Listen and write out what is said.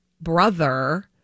brother